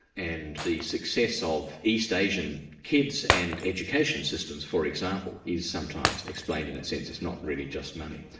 and the success of east asian kids and education systems for example, is sometimes and explained in that sense, it's not really just money.